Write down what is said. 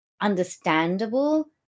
understandable